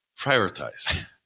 prioritize